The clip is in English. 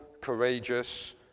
courageous